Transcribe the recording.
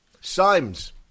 Symes